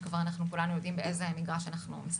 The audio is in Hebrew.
כשכבר כולנו יודעים באיזה מגרש אנחנו משחקים.